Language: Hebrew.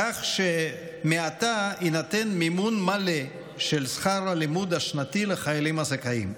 כך שמעתה יינתן מימון מלא של שכר הלימוד השנתי לחיילים הזכאים.